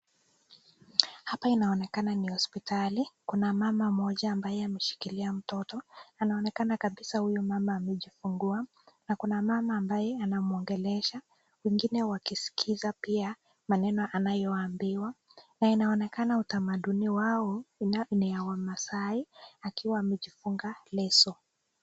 Hapa inaonekana ni hospitali, kuna mama mmoja ambaye ameshikilia mtoto. Anaonekana kabisa huyu mama amejifungua na kuna mama ambaye anamwongelesha wengine wakisikiza pia maneno anayoambiwa na inaonekana utamaduni wao ni ya wamaasai akiwa amejifunga leso.